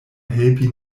helpi